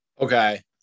Okay